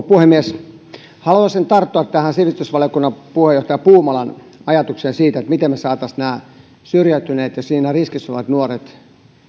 puhemies haluaisin tarttua tähän sivistysvaliokunnan puheenjohtaja puumalan ajatukseen siitä miten me saisimme syrjäytyneet ja siinä riskissä olevat nuoret